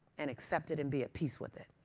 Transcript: and accept it and be at peace with it.